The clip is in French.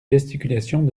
gesticulations